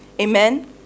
Amen